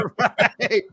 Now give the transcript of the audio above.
Right